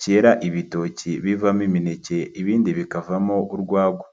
cyera ibitoki bivamo imineke, ibindi bikavamo urwagwa.